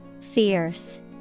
Fierce